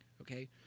okay